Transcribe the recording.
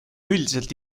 üldiselt